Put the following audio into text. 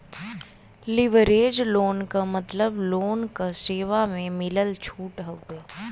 leverage loan क मतलब loan क सेवा म मिलल छूट हउवे